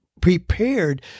prepared